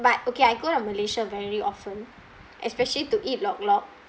but okay I go to malaysia very often especially to eat lok lok